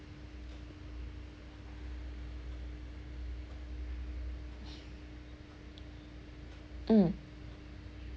mm